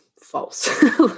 false